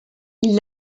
ils